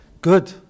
good